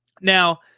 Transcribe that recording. Now